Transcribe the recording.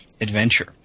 adventure